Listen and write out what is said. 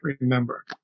remember